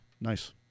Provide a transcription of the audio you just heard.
nice